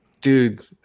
dude